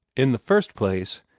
in the first place,